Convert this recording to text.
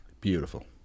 Beautiful